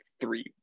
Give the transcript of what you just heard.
three